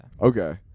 okay